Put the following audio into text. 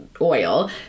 oil